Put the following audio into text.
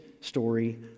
story